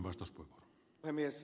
arvoisa puhemies